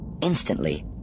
Instantly